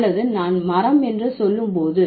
அல்லது நான் மரம் என்று சொல்லும்போது